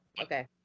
okay